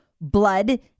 blood